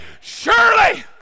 surely